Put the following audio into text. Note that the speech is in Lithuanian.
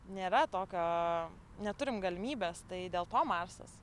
nėra tokio neturim galimybės tai dėl to marsas